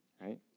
Right